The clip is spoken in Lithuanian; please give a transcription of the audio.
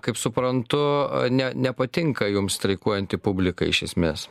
kaip suprantu ne nepatinka jums streikuojant publika iš esmės